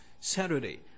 Saturday